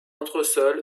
entresol